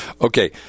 Okay